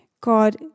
God